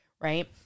right